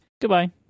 Goodbye